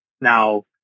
Now